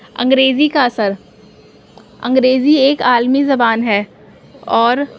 انگریزی کا اثر انگریزی ایک عالمی زبان ہے اور